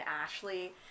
ashley